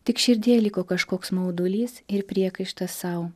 tik širdyje liko kažkoks maudulys ir priekaištas sau